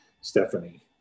Stephanie